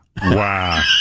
wow